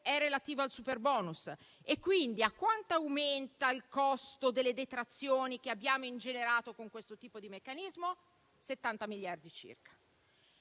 è relativo al superbonus. Quanto aumenta il costo delle detrazioni che abbiamo ingenerato con questo tipo di meccanismo? Circa 70 miliardi.